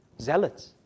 zealots